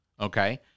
Okay